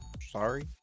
sorry